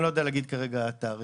איני יודע להגיד תאריך.